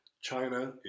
China